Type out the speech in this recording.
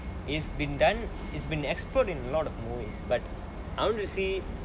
it's been done it's been expert in a lot of movies but I want to say